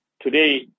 Today